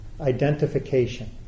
identification